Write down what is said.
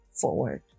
forward